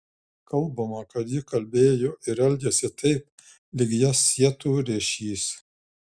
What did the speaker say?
kalbama kad ji kalbėjo ir elgėsi taip lyg jas sietų ryšys